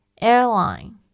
Airline